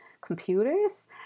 computers